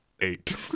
eight